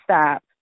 stop